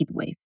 heatwave